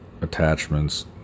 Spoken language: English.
Attachments